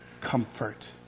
comfort